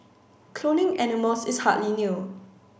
cloning animals is hardly new